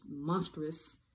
monstrous